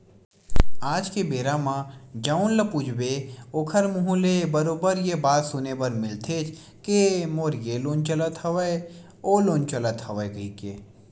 आज के बेरा म जउन ल पूछबे ओखर मुहूँ ले बरोबर ये बात सुने बर मिलथेचे के मोर ये लोन चलत हवय ओ लोन चलत हवय कहिके